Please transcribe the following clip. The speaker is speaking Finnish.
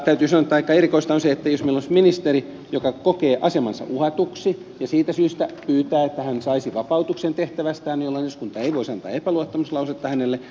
täytyy sanoa että aika erikoista olisi se jos meillä olisi ministeri joka kokisi asemansa uhatuksi ja siitä syystä pyytäisi että hän saisi vapautuksen tehtävästään jolloin eduskunta ei voisi antaa epäluottamuslausetta hänelle